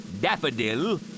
daffodil